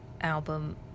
album